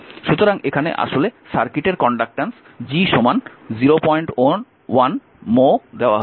সুতরাং এখানে আসলে সার্কিটের কন্ডাক্টেন্স G 01 mho দেওয়া হয়েছে